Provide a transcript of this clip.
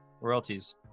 royalties